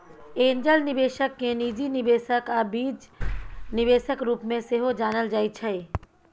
angel निबेशक केँ निजी निबेशक आ बीज निबेशक रुप मे सेहो जानल जाइ छै